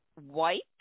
white